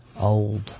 old